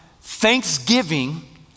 thanksgiving